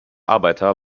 arbeiter